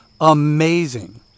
amazing